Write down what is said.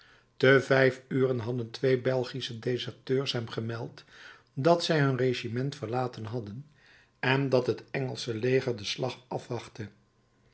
te vijf uren hadden twee belgische deserteurs hem gemeld dat zij hun regiment verlaten hadden en dat het engelsche leger den slag afwachtte